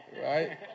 right